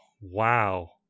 Wow